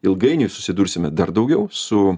ilgainiui susidursime dar daugiau su